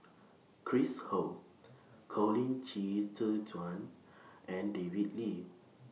Chris Ho Colin Qi Zhe Quan and David Lee